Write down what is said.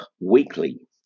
weekly